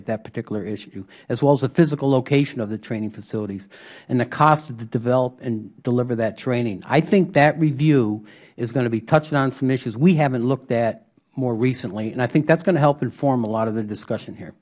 at that particular issue as well as the physical location of the training facilities and the cost to develop and deliver that training i think that review is going to be touching on some issues we havent looked at more recently and i think that is going to help inform a lot of the discussion here